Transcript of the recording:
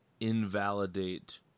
invalidate